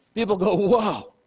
people go, wow,